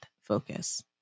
focus